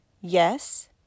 Yes